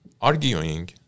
arguing